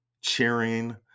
cheering